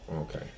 Okay